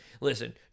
listen